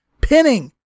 pinning